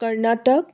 Karnataka